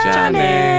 Johnny